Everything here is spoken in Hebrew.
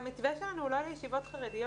המתווה שלנו הוא לא לישיבות חרדיות.